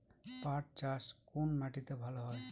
পাট চাষ কোন মাটিতে ভালো হয়?